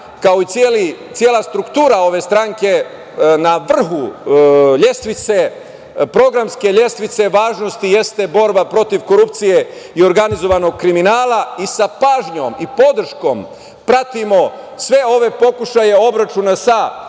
kao i cela struktura ove stranke na vrhu programske lestvice važnosti jeste borba protiv korupcije i organizovanog kriminala i sa pažnjom i podrškom pratimo sve ove pokušaje obračuna sa